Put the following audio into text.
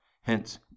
Hence